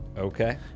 Okay